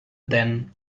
then